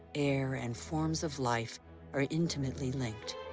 air and forms of life are intimately linked.